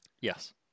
Yes